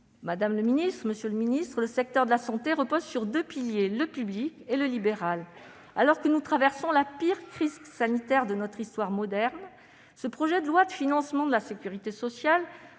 Madame, monsieur les ministres, le secteur de la santé repose sur deux piliers : le public et le libéral. Alors que nous traversons la pire crise sanitaire de notre histoire moderne, ce projet de loi de financement de la sécurité sociale